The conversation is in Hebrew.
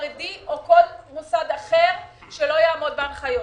חרדי או כל מוסד אחר שלא יעמוד בהנחיות.